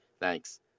Thanks